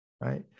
Right